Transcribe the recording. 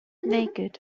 naked